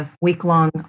week-long